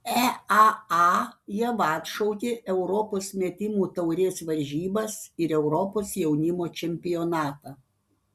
eaa jau atšaukė europos metimų taurės varžybas ir europos jaunimo čempionatą